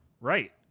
Right